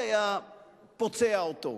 זה היה פוצע אותו,